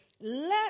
let